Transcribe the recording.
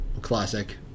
Classic